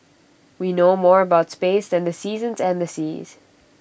we know more about space than the seasons and seas